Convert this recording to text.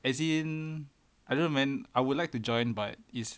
as in I don't know man I would like to join but it's